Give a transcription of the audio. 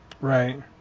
Right